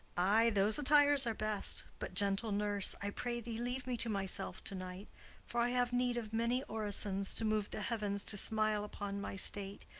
ay, those attires are best but, gentle nurse, i pray thee leave me to myself to-night for i have need of many orisons to move the heavens to smile upon my state,